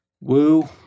Woo